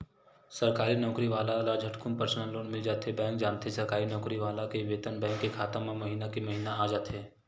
सरकारी नउकरी वाला ल झटकुन परसनल लोन मिल जाथे बेंक जानथे सरकारी नउकरी वाला के बेतन बेंक के खाता म महिना के महिना आ जाथे